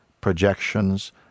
projections